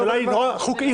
השאלה היא חוקתית.